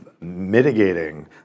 mitigating